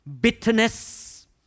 bitterness